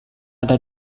ada